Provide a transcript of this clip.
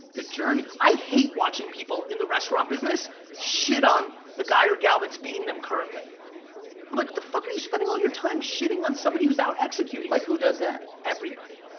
the journey. i hate watching people in the restaurant business shit on the guy or gal that's beating them currently. i'm like what the fuck are you spending all your time shitting on somebody who's out executing? like who does that? everybody.